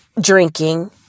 Drinking